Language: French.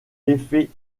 effet